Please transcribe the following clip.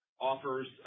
offers